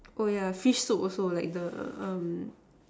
oh yeah fish soup also like the um